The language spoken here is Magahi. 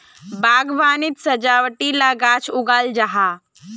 बाग्वानित सजावटी ला गाछ लगाल जाहा